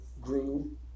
grew